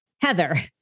Heather